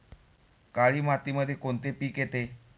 काळी मातीमध्ये कोणते पिके येते?